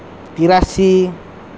ᱛᱤᱨᱟᱥᱤ